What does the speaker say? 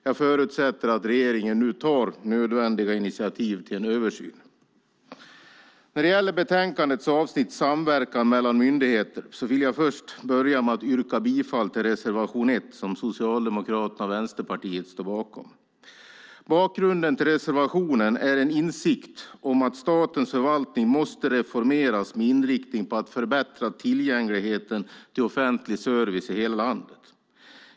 Jag förutsätter att regeringen nu tar nödvändiga initiativ till en översyn. När det gäller betänkandets avsnitt om samverkan mellan myndigheter börjar jag med att yrka bifall till reservation 1 som Socialdemokraterna och Vänsterpartiet står bakom. Bakgrunden till reservationen är en insikt om att statens förvaltning måste reformeras med inriktning på att förbättra tillgängligheten till offentlig service i hela landet.